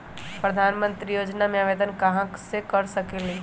प्रधानमंत्री योजना में आवेदन कहा से कर सकेली?